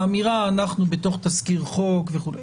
האמירה שאנחנו בתוך תזכיר חוק וכולי.